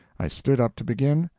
i stood up to begin,